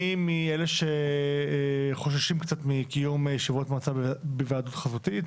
אני מאלה שחוששים קצת מקיום ישיבות מועצה בהיוועדות חזותית.